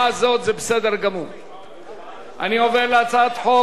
אני עובר להצעת החוק השנייה,